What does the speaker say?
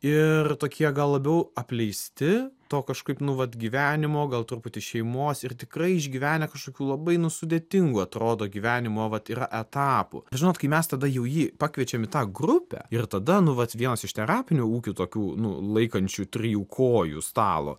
ir tokie gal labiau apleisti to kažkaip nu vat gyvenimo gal truputį šeimos ir tikrai išgyvenę kažkokių labai nu sudėtingų atrodo gyvenimo vat yra etapų žinot kai mes tada jau jį pakviečiam į tą grupę ir tada nu vat vienas iš terapinių ūkių tokių nu laikančių trijų kojų stalo